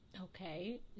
Okay